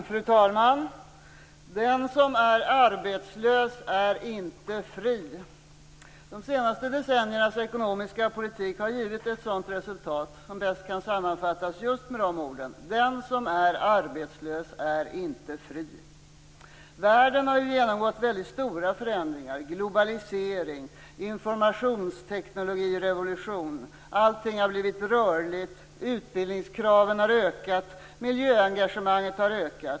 Fru talman! Den som är arbetslös är inte fri. De senaste decenniernas ekonomiska politik har givit ett resultat som bäst kan sammanfattas med de orden: Den som är arbetslös är inte fri. Världen har genomgått väldigt stora förändringar. Det handlar om globalisering och informationsteknikrevolution. Allting har blivit rörligt. Utbildningskraven har ökat. Miljöengagemanget har ökat.